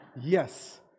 Yes